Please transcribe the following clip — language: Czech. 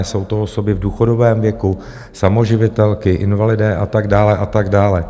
Jsou to osoby v důchodovém věku, samoživitelky, invalidé a tak dále, a tak dále.